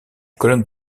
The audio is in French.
colonne